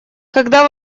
когда